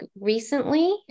recently